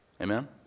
Amen